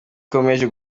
ikomeje